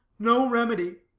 no remedy.